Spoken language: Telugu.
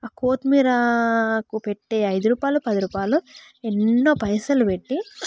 కొత్తిమీరాకు పెట్టే ఐదు రూపాయలు పది రూపాయలు ఎన్నో పైసలు పెట్టి